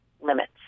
limits